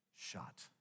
Shot